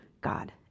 God